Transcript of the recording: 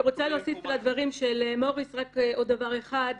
אני רוצה להוסיף לדברים של מוריס רק עוד דבר אחד: